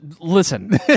Listen